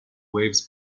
waves